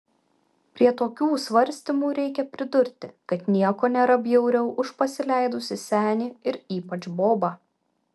prie tokių svarstymų reikia pridurti kad nieko nėra bjauriau už pasileidusį senį ir ypač bobą